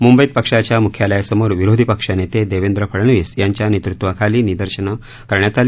मुंबईत पक्षाच्या मुख्यालयासमोर विरोधी पक्षनेते देवेंद्र फडनवीस यांच्या नेतृत्वाखाली निदर्शनं करण्यात आली